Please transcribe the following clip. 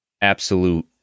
absolute